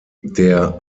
der